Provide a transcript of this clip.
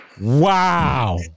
wow